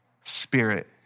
spirit